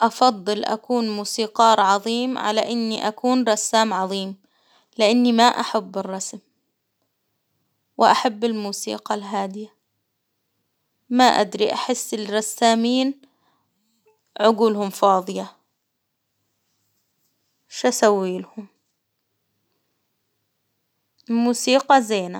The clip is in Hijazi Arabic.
أفضل أكون موسيقار عظيم على إني أكون رسام عظيم، لاني ما أحب الرسم، وأحب الموسيقى الهادية، ما أدري أحس الرسامين عجولهم فاضية، ش اسويلهم، الموسيقى زينة.